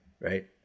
Right